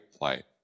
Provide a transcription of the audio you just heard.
light